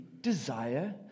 desire